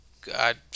God